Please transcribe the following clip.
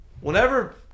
whenever